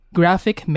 graphic